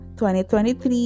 2023